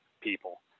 people